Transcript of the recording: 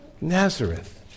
Nazareth